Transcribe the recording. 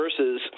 versus